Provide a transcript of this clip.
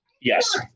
Yes